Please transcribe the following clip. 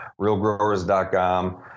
realgrowers.com